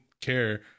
care